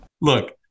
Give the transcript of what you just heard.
Look